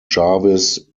jarvis